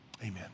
amen